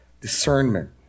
discernment